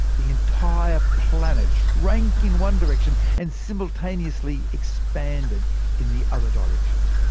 the entire planet shrank in one direction, and simultaneously expanded in the other direction.